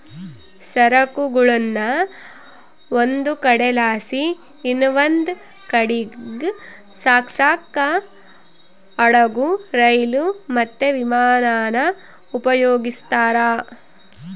ಸರಕುಗುಳ್ನ ಒಂದು ಕಡೆಲಾಸಿ ಇನವಂದ್ ಕಡೀಗ್ ಸಾಗ್ಸಾಕ ಹಡುಗು, ರೈಲು, ಮತ್ತೆ ವಿಮಾನಾನ ಉಪಯೋಗಿಸ್ತಾರ